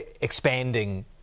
expanding